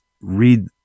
read